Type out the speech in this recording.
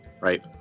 Right